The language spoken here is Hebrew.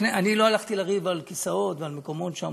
אני לא הלכתי לריב על כיסאות ועל מקומות שם,